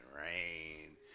rain